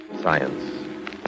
science